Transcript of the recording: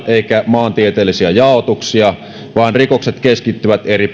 maantieteellisiä jaotuksia vaan rikokset keskittyvät eri puolille maata jatkuvasti hyvin eri